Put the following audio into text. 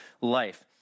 life